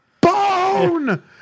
Bone